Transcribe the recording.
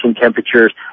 temperatures